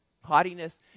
Haughtiness